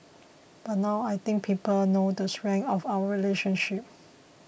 but now I think people know the strength of our relationship